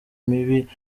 mibi